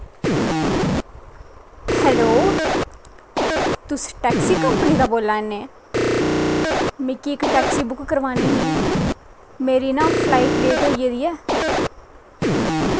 hello तुस taxi company दा बोल्ला ने मिगी इक टैक्सी बुक्क करवानी ही मेरी ना फलाईट लेट होई गेदी ऐ